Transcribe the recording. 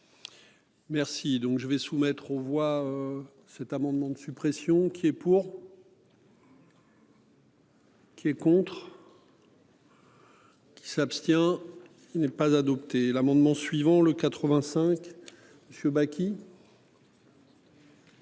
Merci donc je vais soumettre aux voix. Cet amendement de suppression qui est pour. Qui est contre. Qui s'abstient. Il n'est pas adopté l'amendement suivant le 85. Choubaki.